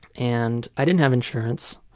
and i didn't have insurance.